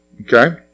Okay